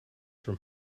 from